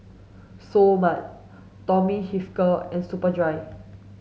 Seoul Mart Tommy Hilfiger and Superdry